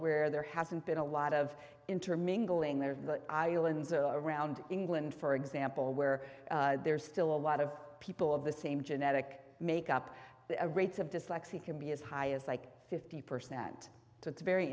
where there hasn't been a lot of intermingling there around england for example where there's still a lot of people of the same genetic make up the rates of dyslexia can be as high as like fifty percent to it's very